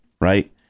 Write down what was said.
right